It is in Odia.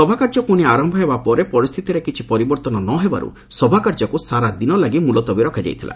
ସଭାକାର୍ଯ୍ୟ ପୁଣି ଆରମ୍ଭ ହେବା ପରେ ପରିସ୍ଥିତିରେ କିଛି ପରିବର୍ତ୍ତନ ନହେବାରୁ ସଭାକାର୍ଯ୍ୟକୁ ସାରାଦିନ ପାଇଁ ମୁଲତବୀ ରଖାଯାଇଛି